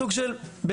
סוג של בלעדיות,